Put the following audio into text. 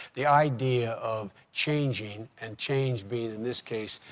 the idea of changing and change being, in this case,